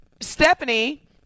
stephanie